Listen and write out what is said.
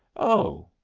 oh,